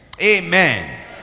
Amen